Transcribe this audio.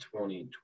2020